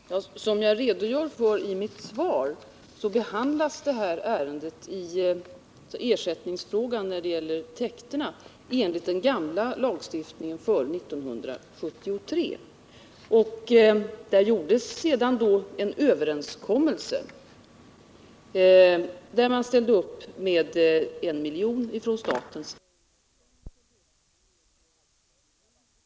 Herr talman! Som jag redogör för i mitt svar behandlas ersättningsfrågan i den del av det här ärendet som gäller täkterna enligt den gamla lagstiftning som fanns före den 1 juli 1973. Det träffades senare en överenskommelse där man ställde upp med 1 milj.kr. för att minska olägenheterna av intrång i området. Jag har också i svaret pekat på att vi numera har en annan lagstiftning, som innebär att rätten till ersättning åt markägare i princip har slopats.